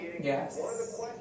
Yes